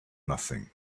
nothing